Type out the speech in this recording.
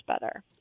better